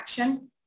action